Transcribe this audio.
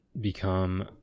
become